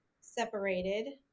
separated